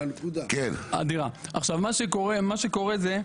עכשיו מה שקורה זה,